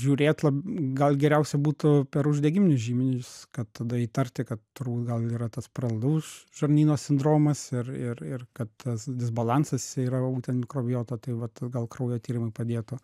žiūrėt lab gal geriausia būtų per uždegiminius žymenis kad tada įtarti kad turbūt gal yra tas pralaidaus žarnyno sindromas ir ir ir kad tas disbalansas jisai yra būtent mikrobiota tai vat gal kraujo tyrimai padėtų